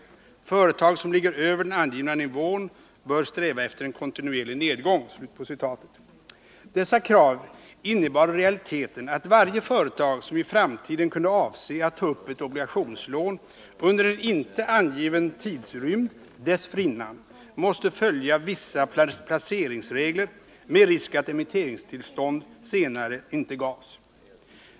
Företag som ligger över den angivna nivån bör sträva efter en kontinuerlig nedgång.” Dessa krav innebär i realiteten att varje företag som i framtiden kunde avse att ta upp ett obligationslån under en inte angiven tidrymd dessförinnan måste följa vissa placeringsregler med risk att emitteringstillstånd senare inte gavs.